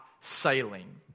sailing